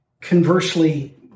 conversely